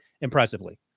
impressively